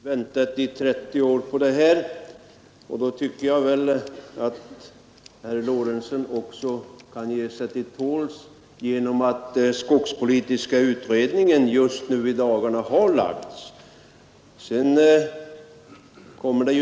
Herr talman! Herr Lorentzon säger att han har väntat i 30 år på att denna fråga skall lösas. Då tycker jag att herr Lorentzon skall ge sig till tåls ett tag till; skogspolitiska utredningen har i dagarna lagt fram sitt betänkande.